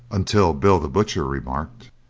until bill the butcher remarked,